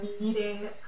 meeting